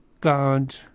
God